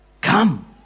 Come